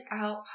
out